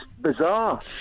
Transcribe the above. bizarre